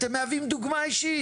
אתם מהווים דוגמה אישית.